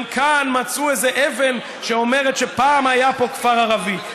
גם כאן מצאו איזה אבן שאומרת שפעם היה פה כפר ערבי.